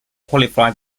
qualify